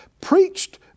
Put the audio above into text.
preached